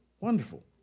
wonderful